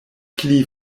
pli